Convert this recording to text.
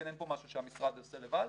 אין פה משהו שהמשרד עושה לבד.